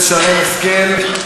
אז תחזירי לו אחר כך.